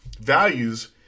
values